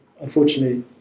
Unfortunately